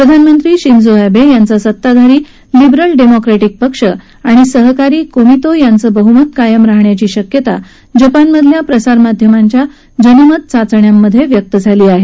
प्रधानमंत्री शिंझो अर्ध घांचा सत्ताधारी लिबरल डेमोक्रेटिक पक्ष आणि सहकारी कोमितो यांच बहुमत कायम राहण्याची शक्यता जपानमधल्या प्रसारमाध्यमांच्या जनमत चाचण्यांमध्ये वर्तवली आहे